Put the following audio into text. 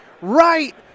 right